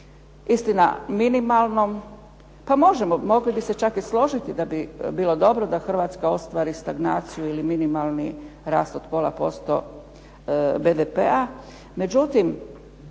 istina minimalnom, mogli bi se čak i složiti da bi bilo dobro da Hrvatska ostvari stagnaciju ili minimalni rast od 0,5% BDP-a,